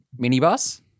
Minibus